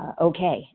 okay